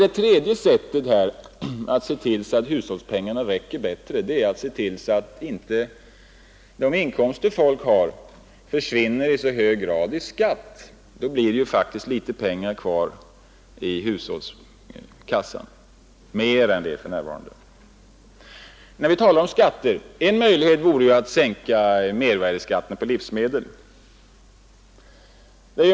Det tredje sättet att se till att hushållspengarna räcker bättre är att ordna så att inte de inkomster folk har i så hög grad som nu försvinner i skatt. Då skulle det faktiskt bli litet mer pengar kvar i hushållskassan än det blir för närvarande. När vi talar om skatter vill jag nämna att en möjlighet vore att sänka mervärdeskatten på livsmedel.